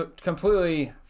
completely